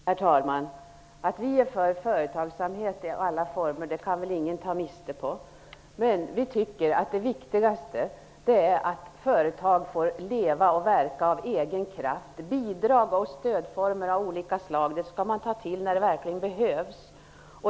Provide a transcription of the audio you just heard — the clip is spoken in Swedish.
Herr talman! Att vi är för företagsamhet i alla former kan väl ingen ta miste på. Men vi tycker att det viktigaste är att företag får leva och verka av egen kraft. Bidrag och stödformer av olika slag skall man ta till när det verkligen behövs.